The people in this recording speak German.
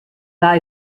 war